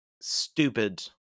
stupid